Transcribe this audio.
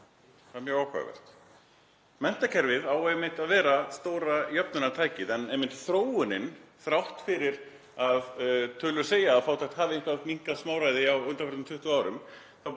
Það er mjög áhugavert. Menntakerfið á einmitt að vera stóra jöfnunartækið en þróunin, þrátt fyrir að tölur segi að fátækt hafi minnkað um eitthvert smáræði á undanförnum 20 árum,